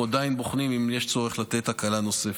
אנחנו עדיין בוחנים אם יש צורך לתת הקלה נוספת.